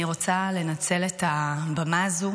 אני רוצה לנצל את הבמה הזאת